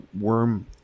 worm